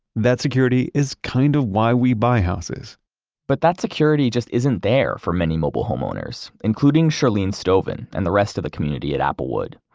that security is kind of why we buy houses but that security just isn't there for many mobile homeowners, including shirlene stoven, and the rest of the community at applewood.